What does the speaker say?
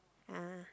ah